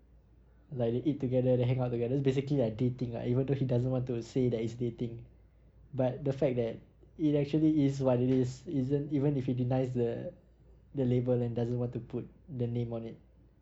like they eat together then hang out together it's basically like dating lah even though he doesn't want to say that it's dating but the fact that it actually is what it is isn't even if he denies the the label and doesn't want to put the name on it